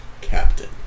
Captain